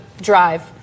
drive